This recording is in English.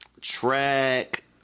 Track